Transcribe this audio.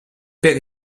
père